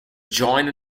joined